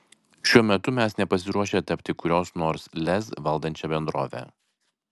šiuo metu mes nepasiruošę tapti kurios nors lez valdančia bendrove